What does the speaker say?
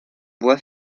bois